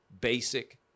basic